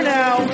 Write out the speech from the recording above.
now